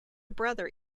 brother